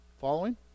Following